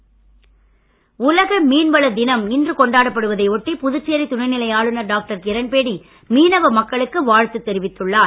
மீன்வள தினம் உலக மீன்வள தினம் இன்று கொண்டாடப்படுவதை ஒட்டி புதுச்சேரி துணை நிலை ஆளுநர் டாக்டர் கிரண் பேடி மீனவ மக்களுக்கு வாழ்த்து தெரிவித்துள்ளார்